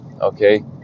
Okay